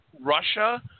Russia